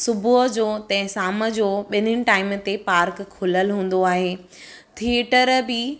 सुबुह जो तंहिं शाम जो ॿिनिनि टाइम ते पार्क खुलियलु हूंदो आहे थिएटर बि